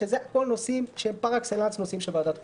שזה הכול נושאים שהם פר אקסלנס נושאים של ועדת החוקה.